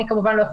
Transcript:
אני לא יכולה